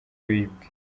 bibwe